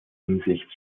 hinsicht